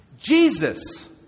Jesus